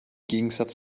gegensatz